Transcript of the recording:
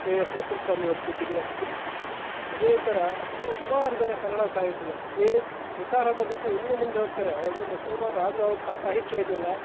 K S Narasimhaswamy ಅವರ ಕೃತಿಗಳು ಅದೇ ಥರ ಸುಮಾರು ಜನ ಕನ್ನಡ ಸಾಹಿತಿಗಳು ಕೆ ಎಸ್ ನಿಸಾರ್ ಅಹಮದ್ ಅಂತು ಇನ್ನೂ ಮುಂದೆ ಹೋಗ್ತಾರೆ ಅವರುಗಳು ಮುಸಲ್ಮಾನ್ ಆದರೂ ಅವರ ಸಾಹಿತ್ಯ ಇದೆಯಲ್ಲ